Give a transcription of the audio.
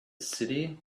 city